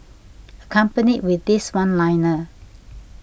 accompanied with this one liner